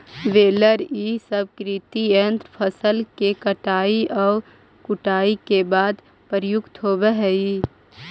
baler इ सब कृषि यन्त्र फसल के कटाई औउर कुटाई के बाद प्रयुक्त होवऽ हई